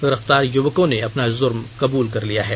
गिरफ्तार युवकों ने अपना जूर्म स्वीकार कर लिया है